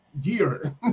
year